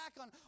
on